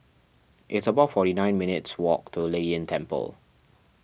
it's about forty nine minutes' walk to Lei Yin Temple